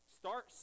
start